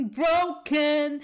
broken